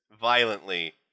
violently